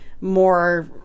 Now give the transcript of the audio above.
more